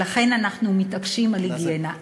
ולכן אנחנו מתעקשים על היגיינה.